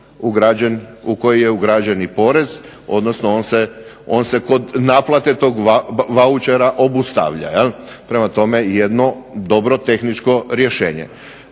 u koji je već ugrađen i porez, odnosno on se kod naplate tog vaučera obustavlja jel'. Prema tome, jedno dobro tehničko rješenje.